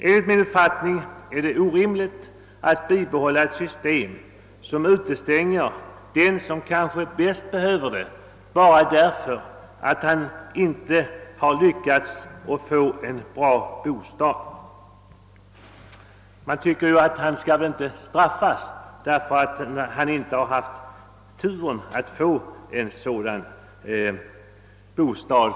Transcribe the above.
Enligt min uppfattning är det orimligt att bibehålla ett system som utestänger den som kanske bäst behöver stöd — bara därför att han inte lyckats få en bostad som uppfyller kraven; han skall väl inte straffas därför att han inte haft turen att få en bra bostad.